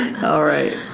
alright,